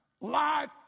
Life